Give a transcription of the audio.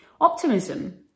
Optimism